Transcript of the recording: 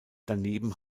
daneben